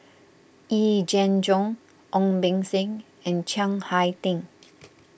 Yee Jenn Jong Ong Beng Seng and Chiang Hai Ding